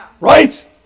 Right